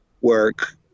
work